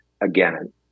again